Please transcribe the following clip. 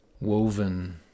woven